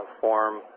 form